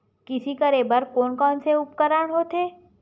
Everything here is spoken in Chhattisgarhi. कृषि करेबर कोन कौन से उपकरण होथे?